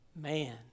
Man